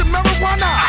Marijuana